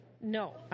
No